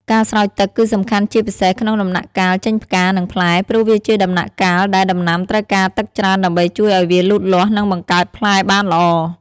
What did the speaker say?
ការស្រោចទឹកគឺសំខាន់ជាពិសេសក្នុងដំណាក់កាលចេញផ្កា និងផ្លែ ព្រោះវាជាដំណាក់កាលដែលដំណាំត្រូវការទឹកច្រើនដើម្បីជួយឲ្យវាលូតលាស់ និងបង្កើតផ្លែបានល្អ។